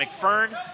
McFern